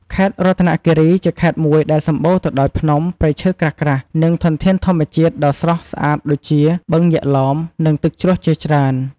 ខេត្តរតនគិរី ជាខេត្តមួយដែលសម្បូរទៅដោយភ្នំ ព្រៃឈើក្រាស់ៗ និងធនធានធម្មជាតិដ៏ស្រស់ស្អាតដូចជា បឹងយក្សឡោម និងទឹកជ្រោះជាច្រើន។